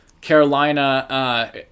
Carolina